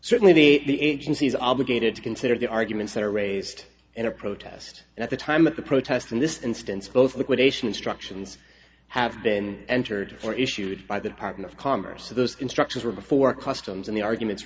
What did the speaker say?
certainly the the agency is obligated to consider the arguments that are raised in a protest and at the time of the protest in this instance both liquidation instructions have been entered or issued by the department of commerce so those constructions were before customs and the arguments